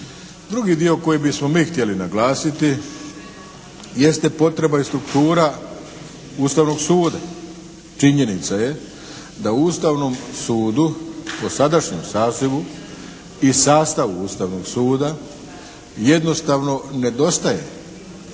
Drugi dio koji bismo mi htjeli naglasiti jeste potreba i struktura Ustavnog suda. Činjenica je da u Ustavnom sudu po sadašnjem sazivu i sastavu Ustavnog suda jednostavno nedostaje